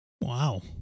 Wow